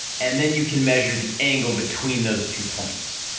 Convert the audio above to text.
and then you can measure the angle between those two points.